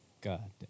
God